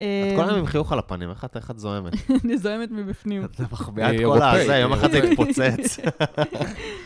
את כל הזמן עם חיוך על הפנים, איך את איך את זועמת? אני זועמת מבפנים. את מחביאה את כל הזה, יום אחד זה יתפוצץ.